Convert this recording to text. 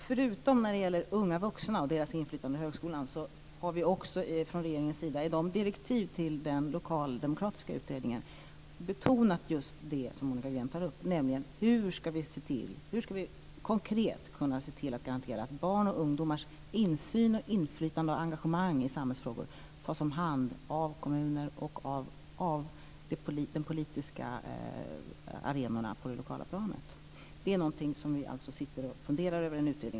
Förutom det som gäller unga vuxnas inflytande på högskolan har vi också från regeringens sida i direktiven till den lokaldemokratiska utredningen betonat just det som Monica Green tar upp, nämligen hur vi konkret ska kunna garantera att barns och ungdomars insyn, inflytande och engagemang i samhällsfrågor tas om hand av kommuner och av de politiska arenorna på det lokala planet. Detta är alltså någonting som en utredning sitter och funderar över.